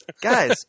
Guys